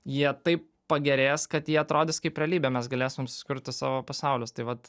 jie taip pagerės kad jie atrodys kaip realybė mes galėsim susikurti savo pasaulius tai vat